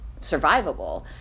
survivable